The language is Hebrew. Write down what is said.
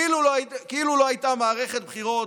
כאילו לא הייתה מערכת בחירות,